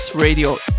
Radio